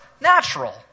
natural